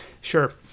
Sure